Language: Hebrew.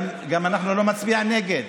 אנחנו גם לא מצביעים נגד.